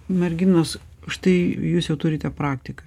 merginos už tai jūs jau turite praktiką